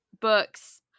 books